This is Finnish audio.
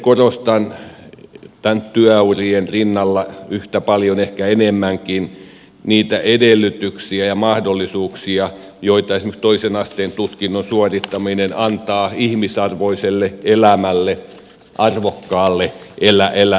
itse korostan työurien rinnalla yhtä paljon ehkä enemmänkin niitä edellytyksiä ja mahdollisuuksia joita esimerkiksi toisen asteen tutkinnon suorittaminen antaa ihmisarvoiselle elämälle arvokkaalle elämälle